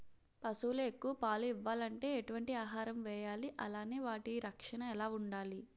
పశువులు ఎక్కువ పాలు ఇవ్వాలంటే ఎటు వంటి ఆహారం వేయాలి అలానే వాటి రక్షణ ఎలా వుండాలి?